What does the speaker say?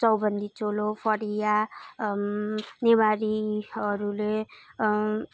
चौबन्दी चोलो फरिया नेवारीहरूले